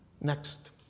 Next